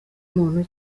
muntu